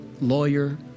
lawyer